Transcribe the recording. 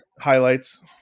highlights